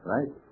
Right